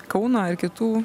kauno ir kitų